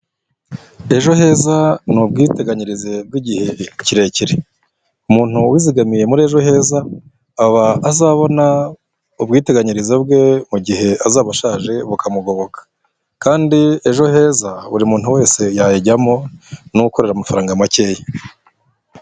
Ejo heza ni ubwiteganyirize bw'igihe kirekire umuntu wazigamiye muri ejo heza aba azabona ubwiteganyirize bwe mu gihe azaba ashaje bukamugoboka, kandi ejo heza buri muntu wese yayijyamo n'ukorera amafaranga makeya.